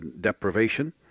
deprivation